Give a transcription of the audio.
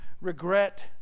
regret